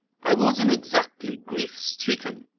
i wasn't exactly grief-stricken.